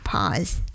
Pause